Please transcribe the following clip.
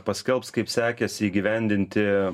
paskelbs kaip sekėsi įgyvendinti